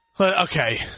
Okay